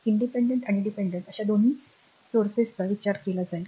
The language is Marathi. independent आणि dependent अशा दोन्ही स्त्रोतांचा विचार केला जाईल